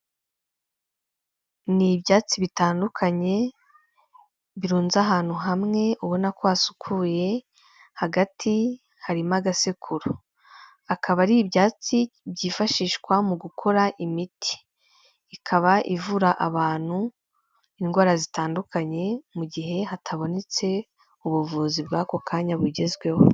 Ni ibyatsi bitandukanye birunze ahantu hamwe ubona ko asukuye hagati harimo agasekuru, akaba ari ibyatsi byifashishwa mu gukora imiti, ikaba ivura abantu indwara zitandukanye mu gihe hatabotse ubuvuzi bw'ako kanya bugezweho.